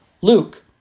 Luke